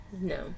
no